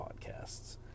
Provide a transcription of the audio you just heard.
podcasts